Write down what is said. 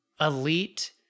elite